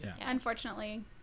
Unfortunately